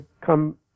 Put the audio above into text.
come